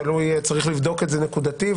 צריך לבדוק את זה נקודתית.